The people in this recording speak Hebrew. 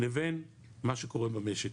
לבין מה שקורה במשק.